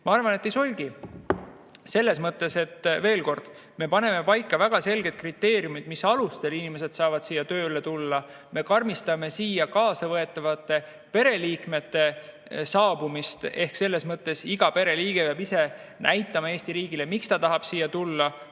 Ma arvan, et ei solgi. Selles mõttes, et me paneme paika väga selged kriteeriumid, mis alustel inimesed saavad siia tööle tulla. Me karmistame siia kaasa võetavate pereliikmete saabumist ehk iga pereliige peab ise näitama Eesti riigile, miks ta tahab siia tulla.